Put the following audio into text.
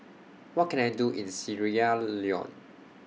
What Can I Do in Sierra Leone